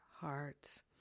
hearts